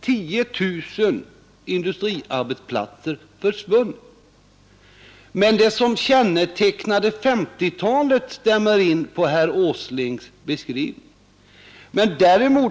10 000 industriarbetsplatser försvunnit under en tioårsperiod. Men herr Åslings beskrivning stämmer in på det som kännetecknade 1950-talet.